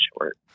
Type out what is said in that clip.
short